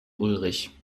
ulrich